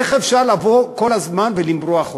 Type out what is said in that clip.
איך אפשר לבוא כל הזמן ולמרוח אותנו?